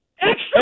Extra